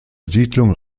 siedlung